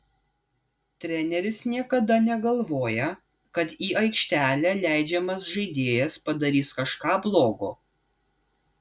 treneris niekada negalvoja kad į aikštelę leidžiamas žaidėjas padarys kažką blogo